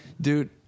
dude